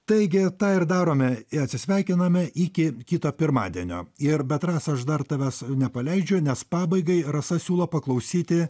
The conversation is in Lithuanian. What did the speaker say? taigi tą ir darome atsisveikiname iki kito pirmadienio ir bet rasa aš dar tavęs nepaleidžiu nes pabaigai rasa siūlo paklausyti